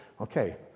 Okay